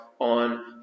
on